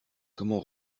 comment